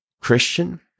Christian